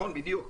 בדיוק.